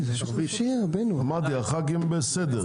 אמרתי, חברי הכנסת בסדר.